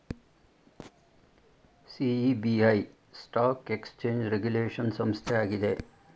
SEBI stock exchange regulation ಸಂಸ್ಥೆ ಆಗಿದೆ